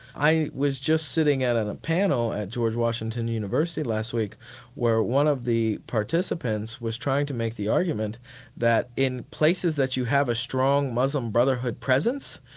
i was just sitting at and a panel at george washington university last week where one of the participants was trying to make the argument that in places that you have a strong muslim brotherhood presence,